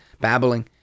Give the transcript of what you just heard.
babbling